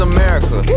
America